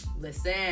Listen